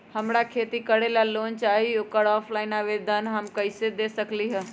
हमरा खेती करेला लोन चाहि ओकर ऑफलाइन आवेदन हम कईसे दे सकलि ह?